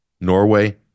Norway